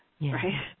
right